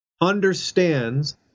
understands